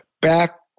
Back